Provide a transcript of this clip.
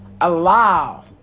allow